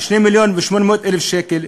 2,800,000 שקל,